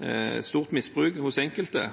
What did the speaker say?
et stort misbruk hos enkelte.